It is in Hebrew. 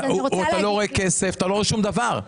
אתה לא רואה כסף ואתה לא רואה שום דבר.